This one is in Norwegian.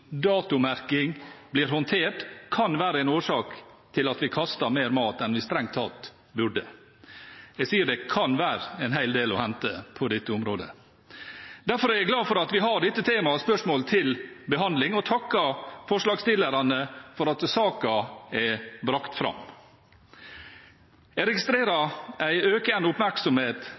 blir håndtert, kan være en årsak til at vi kaster mer mat enn det vi strengt tatt burde. Jeg mener at det kan være en hel del å hente på dette området. Derfor er jeg glad for at vi har dette temaet og spørsmålet til behandling, og jeg takker forslagsstillerne for at saken er brakt fram. Jeg registrerer en økende oppmerksomhet